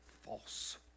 false